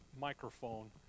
microphone